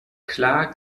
klar